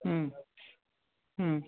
হুম হুম